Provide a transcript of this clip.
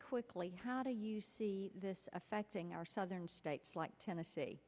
quickly how do you see this affecting our southern states like tennessee